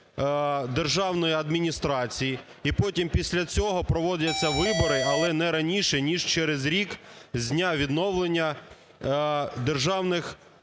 державної адміністрації і потім після цього проводяться вибори, але не раніше ніж через рік з дня відновлення державних